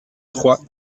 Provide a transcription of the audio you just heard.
trois